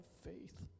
faith